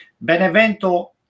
Benevento